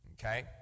Okay